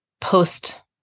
post